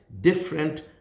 different